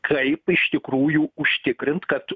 kaip iš tikrųjų užtikrint kad